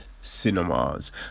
cinemas